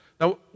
Now